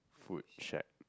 food shake